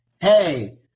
Hey